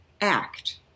act